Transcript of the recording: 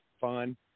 fun